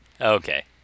okay